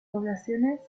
poblaciones